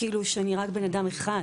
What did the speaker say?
כאילו, כשאני רק בן אדם אחד.